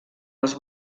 les